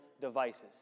devices